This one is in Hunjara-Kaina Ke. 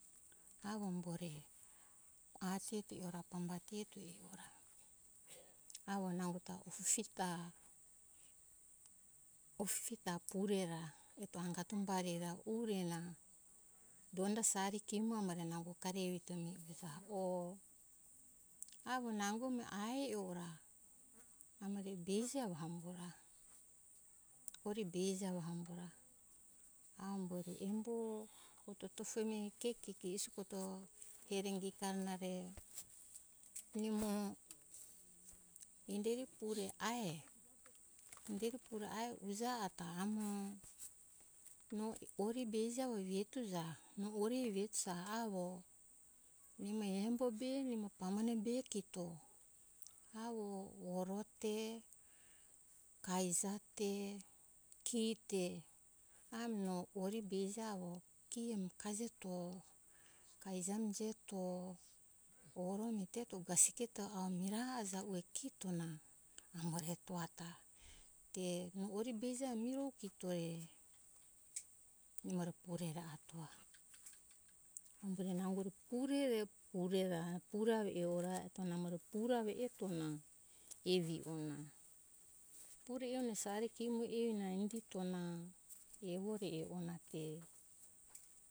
Avo umbore ajeti ora pambati eto e ora avo nango ta opipi ta opipi ta pure ra eto angato umbari ure na donda sari kemo umo amore nango akari evito avo nango mi ae ora amore beuje hambo ra ori beuje hambo ra ambore embo tofo to mi ke kiki isoko toto ke re ingikarna re nimo inderi pure ai. inderi pure ai uja ta amo no ori beuje avo vituja ori vetuja avo nimo embo be re mo pamone be kito avo oro te kaija te ki te amo no ori beuje avo ki amo kaije to kaija ami veto o koro ami teto kasiketo amo miraa ja ue kito na amore to ato a te mo ori beuje avo mirovo kito re nimo re pure re atoa nimo re nango re pure re pure ra pure avo e ora eto namo re pure avo eto na evi ona pure one sari iji mo e ona indito na evo re e ona te